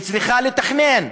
צריכה לתכנן,